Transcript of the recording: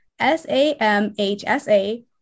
SAMHSA